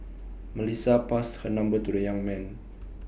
Melissa passed her number to the young man